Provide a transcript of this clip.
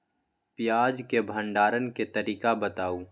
प्याज के भंडारण के तरीका बताऊ?